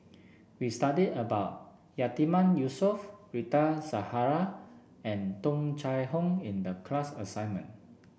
we studied about Yatiman Yusof Rita Zahara and Tung Chye Hong in the class assignment